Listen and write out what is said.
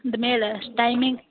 दोमेल ऐ टाइमिंग